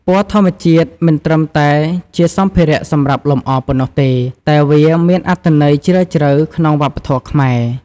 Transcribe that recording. ពណ៌ធម្មជាតិមិនត្រឹមតែជាសម្ភារៈសម្រាប់លម្អប៉ុណ្ណោះទេ តែវាមានអត្ថន័យជ្រាលជ្រៅក្នុងវប្បធម៌ខ្មែរ។